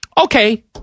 Okay